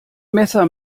messer